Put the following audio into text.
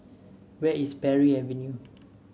where is Parry Avenue